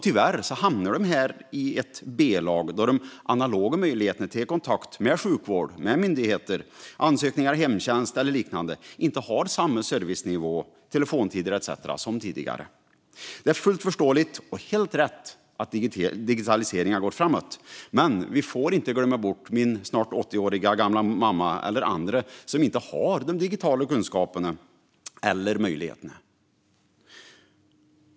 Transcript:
Tyvärr hamnar dessa i ett B-lag, då de analoga möjligheterna till kontakt med sjukvård, myndigheter, ansökningar om hemtjänst och så vidare inte har samma servicenivå, telefontider etcetera som tidigare. Det är fullt förståeligt och helt rätt att digitaliseringen går framåt, men vi får inte glömma bort min snart 80-åriga gamla mamma eller andra som inte har de digitala kunskaperna eller möjligheterna.